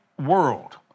world